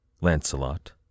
Lancelot